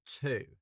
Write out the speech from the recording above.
two